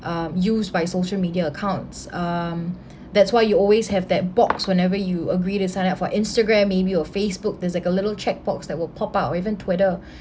um used by social media accounts um that's why you always have that box whenever you agree to sign up for instagram maybe or facebook there's like a little checkbox that will pop up even twitter